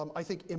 um i think, and